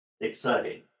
exciting